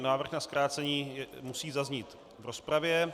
Návrh na zkrácení musí zaznít v rozpravě.